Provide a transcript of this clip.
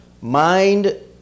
Mind